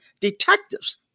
detectives